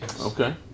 Okay